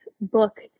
book